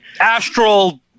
astral